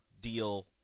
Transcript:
deal